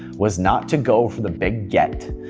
was not to go for the big get,